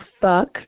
fuck